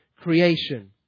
Creation